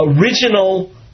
original